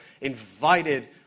invited